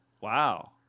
Wow